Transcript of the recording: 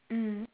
mm